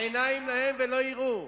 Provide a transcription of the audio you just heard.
"עיניים להם ולא יראו".